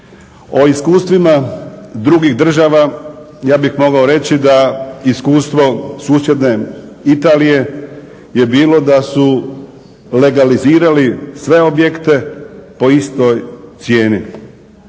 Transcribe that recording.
O iskustvima drugih država. Ja bih mogao reći da iskustvo susjedne Italije je bilo da su legalizirali sve objekte po istoj cijeni.